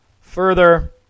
Further